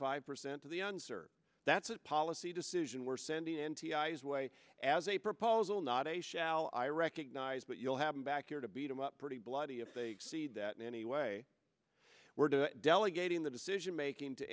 five percent of the answer that's a policy decision we're sending n t i his way as a proposal not a shall i recognize but you'll have him back here to beat him up pretty bloody if they exceed that in any way we're doing delegating the decision making to